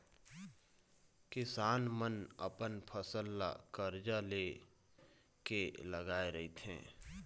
किसान मन अपन फसल ल करजा ले के लगाए रहिथे